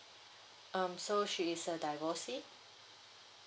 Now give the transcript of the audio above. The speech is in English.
um so she is a divorcee